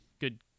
Good